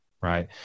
Right